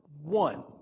One